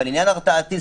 אבל עניין הרתעתי,